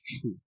true